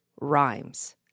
rhymes